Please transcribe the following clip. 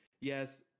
yes